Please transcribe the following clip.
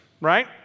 right